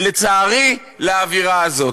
לצערי, לאווירה הזאת.